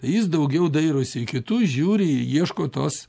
jis daugiau dairosi į kitus žiūri ir ieško tos